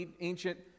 ancient